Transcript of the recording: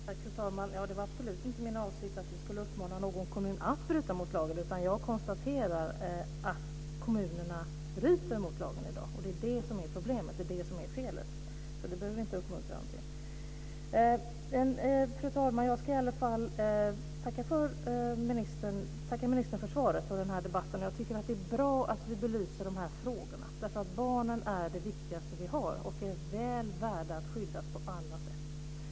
Fru talman! Det var absolut inte min avsikt att vi skulle uppmana någon kommun att bryta mot lagen. Jag konstaterar att kommunerna bryter mot lagen i dag. Det är det som är problemet. Det är det som är felet. Det behöver vi inte uppmuntra dem till. Fru talman! Jag ska i alla fall tacka ministern för svaret och för den här debatten. Jag tycker att det är bra att vi belyser de här frågorna. Barnen är det viktigaste vi har och de är väl värda att skyddas på alla sätt.